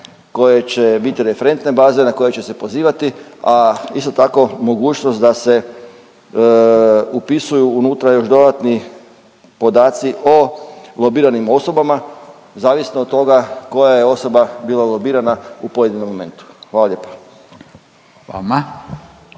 koje će biti referentne baze, na koje će se pozivati, a isto tako, mogućnost da se upisuju unutra još dodatni podaci o lobiranim osobama, zavisno od toga koja je osoba bila lobirana u pojedinom momentu. Hvala lijepa.